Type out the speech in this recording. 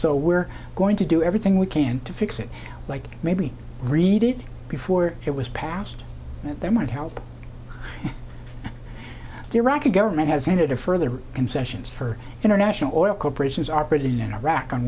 so we're going to do everything we can to fix it like maybe read it before it was passed there might help the iraqi government has ended a further concessions for international oil corporations are pretty in iraq on